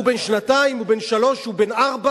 הוא בן שנתיים, הוא בן שלוש, הוא בן ארבע,